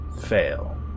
fail